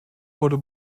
wurde